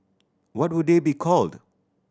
what would they be called